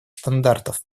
стандартов